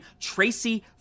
Tracy